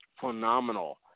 phenomenal